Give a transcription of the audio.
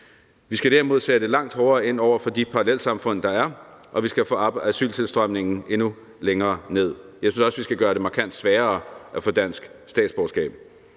Vi skal derimod sætte langt hårdere ind over for de parallelsamfund, der er, og vi skal få asyltilstrømningen endnu længere ned. Jeg synes også, vi skal gøre det markant sværere at få dansk statsborgerskab.